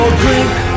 drink